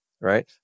right